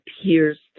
appears